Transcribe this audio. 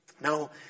Now